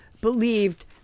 believed